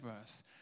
verse